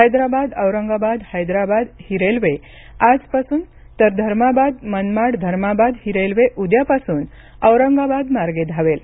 हैदराबाद औरंगाबाद हैदराबाद ही रेल्वे आजपासून तर धर्माबाद मनमाड धर्माबाद ही रेल्वे उद्यापासून औरंगाबादमार्गे धावेल